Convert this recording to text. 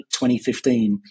2015